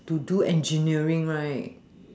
to do engineering right